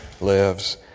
lives